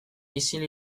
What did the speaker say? isil